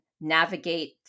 navigate